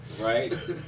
Right